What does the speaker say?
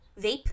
Vape